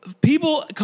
people